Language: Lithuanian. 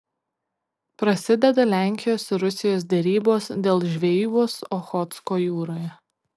prasideda lenkijos ir rusijos derybos dėl žvejybos ochotsko jūroje